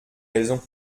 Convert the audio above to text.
raison